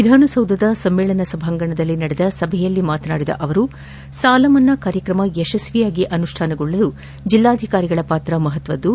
ವಿಧಾನ ಸೌಧದ ಸಮ್ಮೇಳನ ಸಭಾಂಗಣದಲ್ಲಿ ನಡೆದ ಸಭೆಯಲ್ಲಿ ಮಾತನಾಡಿದ ಅವರು ಸಾಲ ಮನ್ನಾ ಕಾರ್ಯಕ್ರಮ ಯಶಸ್ವಿಯಾಗಿ ಅನುಷ್ಠಾನಗೊಳ್ಳಲು ಜೆಲ್ಲಾಧಿಕಾರಿಗಳ ಪಾತ್ರ ಮಹತ್ವದ್ದು